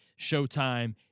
Showtime